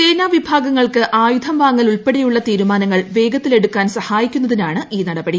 സേനാ വിഭാഗങ്ങളുടെ ആയുധം വാങ്ങൽ ഉൾപ്പെടെയുള്ള തീരുമാനങ്ങൾ വേഗത്തിലെടുക്കാൻ സഹായിക്കുന്നതിനാണ് ഈ നടപടി